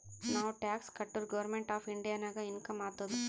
ನಾವ್ ಟ್ಯಾಕ್ಸ್ ಕಟುರ್ government of ಇಂಡಿಯಾಗ ಇನ್ಕಮ್ ಆತ್ತುದ್